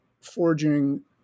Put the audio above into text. forging